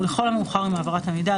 ולכל המאוחר עם העברת המידע,